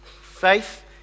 Faith